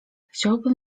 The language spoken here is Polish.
chciałbym